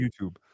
YouTube